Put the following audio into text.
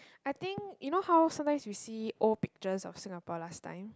I think you know how sometimes you see old pictures of Singapore last time